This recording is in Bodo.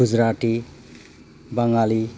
गुजराति बाङालि